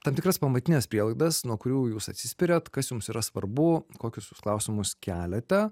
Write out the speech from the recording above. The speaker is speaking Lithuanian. tam tikras pamatines prielaidas nuo kurių jūs atsispiriat kas jums yra svarbu kokius jūs klausimus keliate